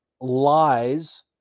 lies